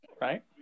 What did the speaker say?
Right